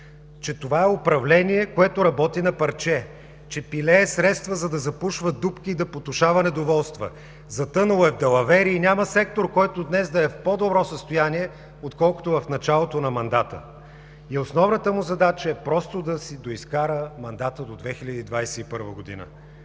че това е управление, което работи на парче; че пилее средства, за да запушва дупки и да потушава недоволства; затънало е в далавери и няма сектор, който днес да е в по-добро състояние, отколкото в началото на мандата. И основната му задача е просто да си доизкара мандата до 2021 г.